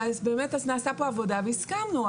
ובאמת נעשתה פה עבודה והסכמנו.